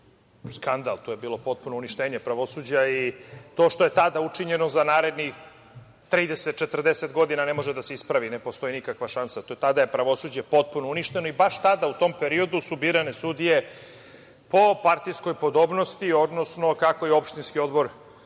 skandal. To je bilo potpuno uništenje pravosuđa. To što je tada učinjeno, za narednih 30 - 40 godina ne može da se ispravi. Ne postoji nikakva šansa. Tada je pravosuđe potpuno uništeno i baš tada u tom periodu su birane sudije po partijskoj podobnosti, odnosno kako je opštinski odbor